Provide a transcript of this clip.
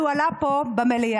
הוא עלה פה במליאה